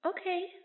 Okay